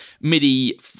MIDI